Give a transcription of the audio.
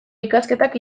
ikasketak